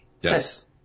Yes